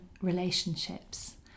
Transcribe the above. relationships